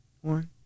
One